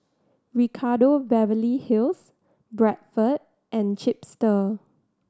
Ricardo Beverly Hills Bradford and Chipster